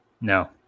No